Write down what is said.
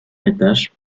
étage